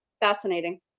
fascinating